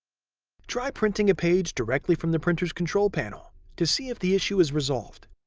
try printing a page directly from the printer's control panel to see if the issue is resolved.